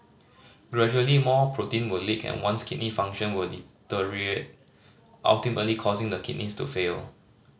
gradually more protein will leak and one's kidney function will deteriorate ultimately causing the kidneys to fail